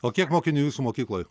o kiek mokinių jūsų mokykloj